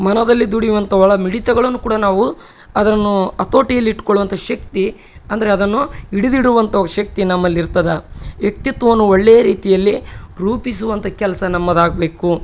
ಮನದಲ್ಲಿ ದುಡಿಯುವಂಥ ಒಳ ಮಿಡಿತಗಳನ್ನು ಕೂಡ ನಾವು ಅದನ್ನೂ ಹತೋಟಿಲಿ ಇಟ್ಕೊಳ್ಳುವಂಥ ಶಕ್ತಿ ಅಂದರೆ ಅದನ್ನು ಹಿಡಿದಿಡುವಂತಹ ಶಕ್ತಿ ನಮ್ಮಲ್ಲಿ ಇರ್ತದೆ ವ್ಯಕ್ತಿತ್ವವನ್ನು ಒಳ್ಳೆ ರೀತಿಯಲ್ಲಿ ರೂಪಿಸುವಂತ ಕೆಲಸ ನಮ್ಮದಾಗಬೇಕು